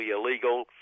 illegal